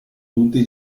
tutti